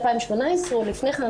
2018 או לפני כן,